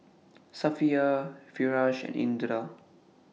Safiya Firash and Indra